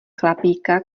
chlapíka